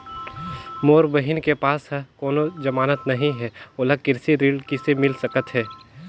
मोर बहिन के पास ह कोनो जमानत नहीं हे, ओला कृषि ऋण किसे मिल सकत हे?